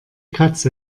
katze